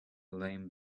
lame